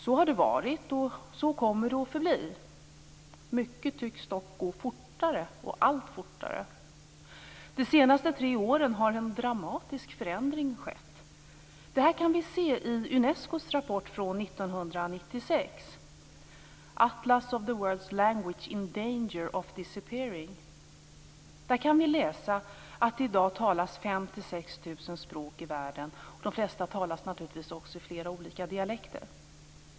Så har det varit, och så kommer det att förbli. Mycket tycks dock gå allt fortare. De senaste tre åren har en dramatisk förändring skett. Detta kan vi se i Unescos rapport från 1996 - Atlas of the world s languages in danger of disappearing. Där kan vi läsa att det i dag talas 5 000-6 000 språk i världen. De flesta talas naturligtvis också i flera olika dialekter.